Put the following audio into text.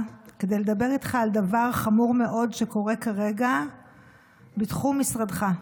כדי לדבר איתך על דבר חמור מאוד שקורה כרגע בתחום משרדך.